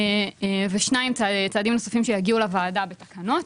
ושני צעדים נוספים שיגיעו לוועדה בתקנות.